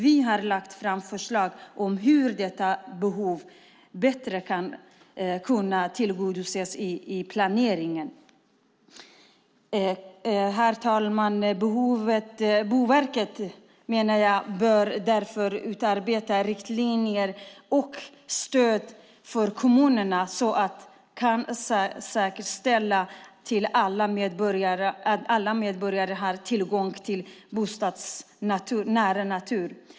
Vi har lagt fram förslag om hur detta behov bättre ska kunna tillgodoses i planeringen. Herr talman! Boverket bör därför utarbeta riktlinjer och stöd för kommunerna så att de kan säkerställa att alla medborgare har tillgång till bostadsnära natur.